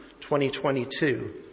2022